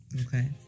okay